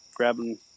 grabbing